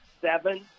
seven